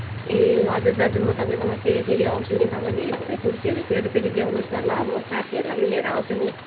ए हजुर दाजु म तपाईँकोमा फेरि फेरि आउँछु नि तपाईँले यस्तै कुर्तीहरू फेरि फेरि ल्याउनुहोस् ल म साथीहरूलाई पनि लिएर आउँछु नि